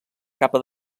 capa